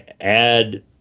add